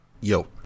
Yo